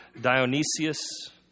Dionysius